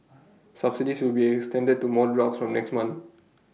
subsidies will be extended to more drugs from next month